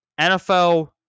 NFL